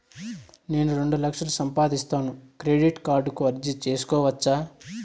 నేను రెండు లక్షలు సంపాదిస్తాను, క్రెడిట్ కార్డుకు అర్జీ సేసుకోవచ్చా?